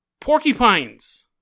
porcupines